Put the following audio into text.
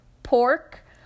Pork